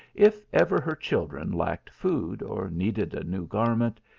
if ever her children lacked food, or needed a new garment,